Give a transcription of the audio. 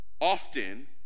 often